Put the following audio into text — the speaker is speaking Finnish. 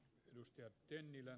arvoisa puhemies